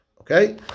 Okay